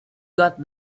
got